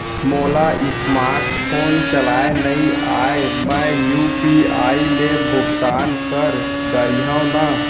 मोला smartphone चलाए नई आए मैं यू.पी.आई ले भुगतान कर डरिहंव न?